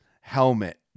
helmet